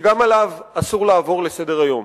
שגם עליו אסור לעבור לסדר-היום.